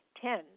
ten